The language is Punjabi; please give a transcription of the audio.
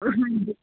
ਹਾਂਜੀ